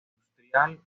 industrial